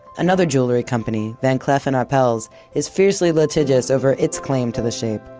another jewelry company, van cleef and arpels is fiercely litigious over it's claim to the shape.